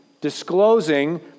disclosing